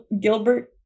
Gilbert